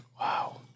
Wow